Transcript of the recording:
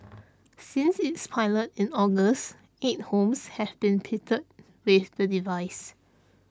since its pilot in August eight homes have been pitted with the device